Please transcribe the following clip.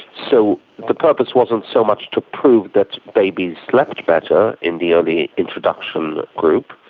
so the purpose wasn't so much to prove that babies slept better in the early introduction group,